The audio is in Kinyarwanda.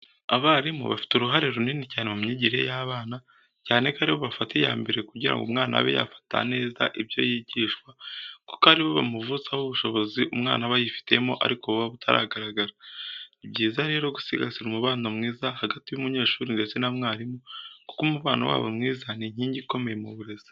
Abarimu bafite uruhare runini cyane mu myigire y'abana cyane ko ari bo bafata iya mbere kugira ngo umwana abe yafata neza ibyo yigishwa kuko ari bo bamuvutsamo ubushobozi umwana aba yifitemo ariko buba butaragaragara. Ni byiza rero gusigasira umubano mwiza hagati y'umunyeshuri ndetse na mwarimu kuko umubano wabo mwiza ni inkingi ikomeye mu burezi.